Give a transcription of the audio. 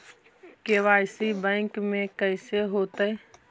KYC bank में कैसे होतै?